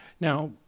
Now